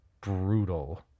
brutal